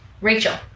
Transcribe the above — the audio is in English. Rachel